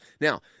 Now